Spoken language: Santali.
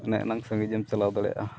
ᱮᱱᱮ ᱮᱱᱟᱝ ᱥᱟᱺᱜᱤᱧ ᱮᱢ ᱪᱟᱞᱟᱣ ᱫᱟᱲᱮᱭᱟᱜᱼᱟ